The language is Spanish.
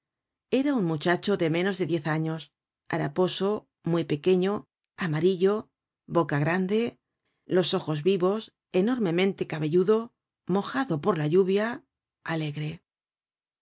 era un muchacho de menos de diez años haraposo muy pequeño amarillo boca grande los ojos vivos enormemente cabelludo mojado por la lluvia alegre